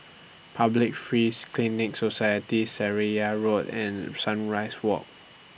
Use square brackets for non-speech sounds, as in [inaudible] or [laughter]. Public Free [unintelligible] Clinic Society Seraya Road and Sunrise Walk